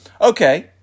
okay